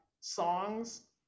songs